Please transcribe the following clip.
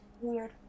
Weird